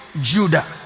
Judah